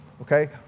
Okay